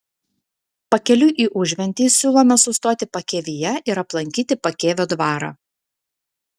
pakeliui į užventį siūlome sustoti pakėvyje ir aplankyti pakėvio dvarą